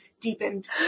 deepened